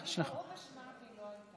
כבוד היושב-ראש, קודם כול אני מברכת